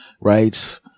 right